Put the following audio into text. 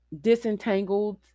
disentangled